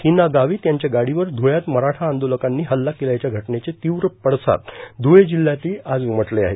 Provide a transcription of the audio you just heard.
हिना गावित यांच्या गाडीवर धुळ्यात मराठा आंदोलकांनी हल्ला केल्याच्या घटनेचे तीव्र पडसाद घुळे जिल्ह्यातही आज उमटले आहेत